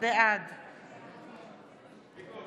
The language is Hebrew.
בעד דסטה